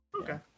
Okay